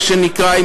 מה שנקרא,